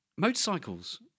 Motorcycles